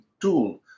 tool